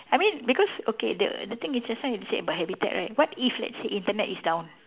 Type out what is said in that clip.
I mean because okay the the thing is just now you said about habitat right what if let's say Internet is down